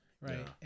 right